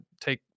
take